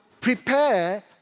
prepare